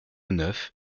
neuf